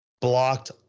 blocked